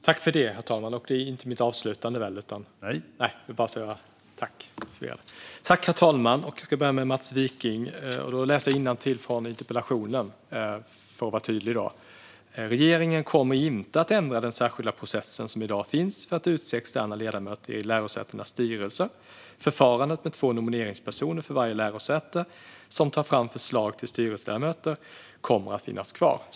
Herr talman! Jag ska börja med Mats Wikings frågor och läser innantill från interpellationssvaret: "Regeringen kommer inte att ändra den särskilda processen som i dag finns för att utse externa ledamöter i lärosätenas styrelser. Förfarandet med två nomineringspersoner för varje lärosäte som tar fram förslag till styrelseledamöter kommer således att finnas kvar."